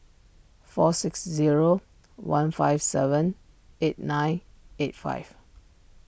four six zero one five seven eight nine eight five